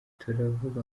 turavuga